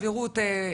סבירות,